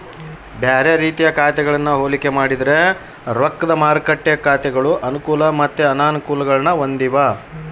ಬ್ಯಾರೆ ರೀತಿಯ ಖಾತೆಗಳನ್ನ ಹೋಲಿಕೆ ಮಾಡಿದ್ರ ರೊಕ್ದ ಮಾರುಕಟ್ಟೆ ಖಾತೆಗಳು ಅನುಕೂಲ ಮತ್ತೆ ಅನಾನುಕೂಲಗುಳ್ನ ಹೊಂದಿವ